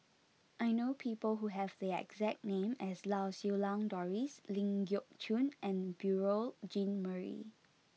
I know people who have the exact name as Lau Siew Lang Doris Ling Geok Choon and Beurel Jean Marie